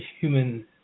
human